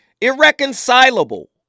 Irreconcilable